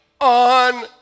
on